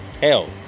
Hell